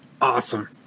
awesome